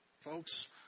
Folks